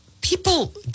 people